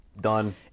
Done